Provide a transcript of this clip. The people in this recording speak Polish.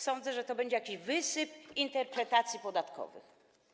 Sądzę, że będzie jakiś wysyp interpretacji podatkowych.